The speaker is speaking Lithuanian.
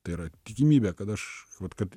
tai yra tikimybė kad aš vat kad